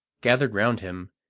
gathered round him,